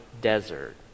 desert